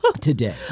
today